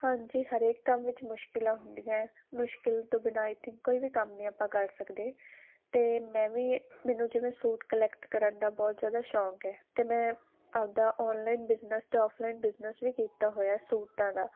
ਹਾਂਜੀ ਹਰੇਕ ਕੰਮ ਵਿੱਚ ਮੁਸ਼ਕਿਲਾਂ ਹੁੰਦੀਆਂ ਮੁਸ਼ਕਿਲ ਤੋਂ ਬਿਨਾਂ ਆਈ ਥਿੰਕ ਕੋਈ ਵੀ ਕੰਮ ਨਹੀਂ ਆਪਾਂ ਕਰ ਸਕਦੇ ਤੇ ਮੈਂ ਵੀ ਮੈਨੂੰ ਜਿਵੇਂ ਸੂਟ ਕਲੈਕਟ ਕਰਨ ਦਾ ਬਹੁਤ ਜਿਆਦਾ ਸ਼ੌਂਕ ਹ ਤੇ ਮੈਂ ਆਪਦਾ ਆਨਲਾਈਨ ਬਿਜ਼ਨਸ ਦਾ ਆਫਲਾਈਨ ਬਿਜਨਸ ਵੀ ਕੀਤਾ ਹੋਇਆ ਸੂਟਾਂ ਦਾ